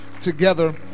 together